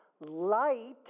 Light